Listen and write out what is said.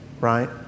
right